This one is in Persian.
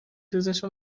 روزشو